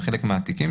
בחלק מהתיקים,